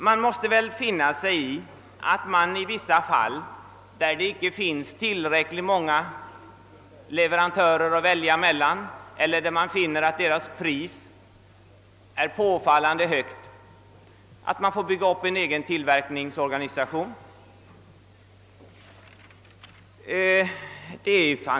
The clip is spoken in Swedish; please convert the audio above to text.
Man måste väl finna sig i att det i vissa fall, där det inte finns tillräckligt många leverantörer att välja emellan eller man finner att deras priser är påfallande höga, byggs upp en egen tillverkningsorganisation.